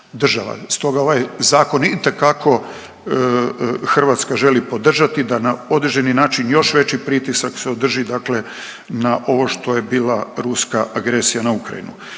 Stoga ovaj zakon itekako Hrvatska želi podržati da na određeni način još veći pritisak se održi, dakle na ovo što je bila ruska agresija na Ukrajinu.